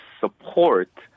support